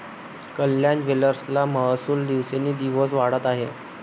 कल्याण ज्वेलर्सचा महसूल दिवसोंदिवस वाढत आहे